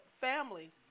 family